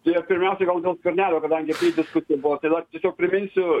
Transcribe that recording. tie pirmiausia gal dėl skvernelio kadangi apie jį diskusija buvo tiesiog priminsiu